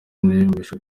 ntiyiyumvisha